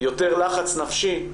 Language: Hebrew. יותר לחץ נפשי,